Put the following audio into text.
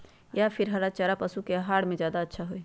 या फिर हरा चारा पशु के आहार में ज्यादा अच्छा होई?